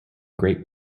great